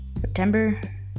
September